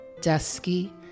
Dusky